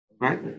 Right